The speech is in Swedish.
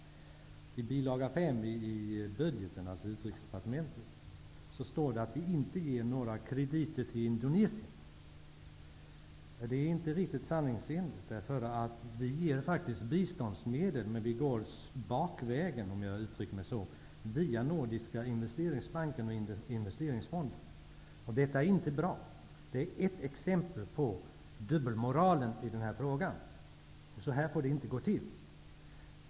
I bilaga 5 till budgeten, alltså Utrikesdepartementet, står det att vi inte ger några krediter till Indonesien. Det är inte riktigt sanningsenligt, för vi ger faktiskt biståndsmedel, men vi går bakvägen, om jag får uttrycka mig så, via Nordiska Investeringsbanken och Detta är inte bra. Det är ett exempel på dubbelmoralen i den här frågan. Så får det inte gå till.